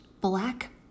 black